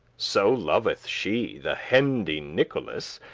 so loveth she the hendy nicholas,